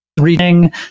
reading